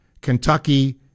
Kentucky